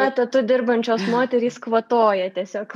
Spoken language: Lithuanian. etatu dirbančios moterys kvatoja tiesiog